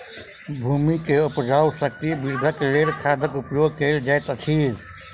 भूमि के उपजाऊ शक्ति वृद्धिक लेल खादक उपयोग कयल जाइत अछि